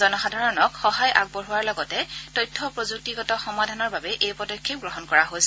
জনসাধাৰণক সহায় আগবঢ়োৱাৰ লগতে তথ্য প্ৰযুক্তিগত সমাধানৰ বাবে এই পদক্ষেপ গ্ৰহণ কৰা হৈছে